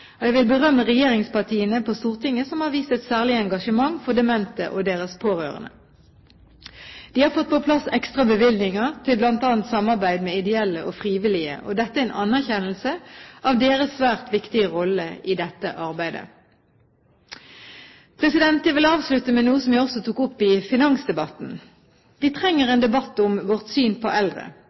personale. Jeg vil berømme regjeringspartiene på Stortinget, som har vist et særlig engasjement for demente og deres pårørende. De har fått på plass ekstra bevilgninger til bl.a. samarbeid med ideelle og frivillige. Dette er en anerkjennelse av deres svært viktige rolle i dette arbeidet. Jeg vil avslutte med noe jeg også tok opp i finansdebatten. Vi trenger en debatt om vårt syn på eldre.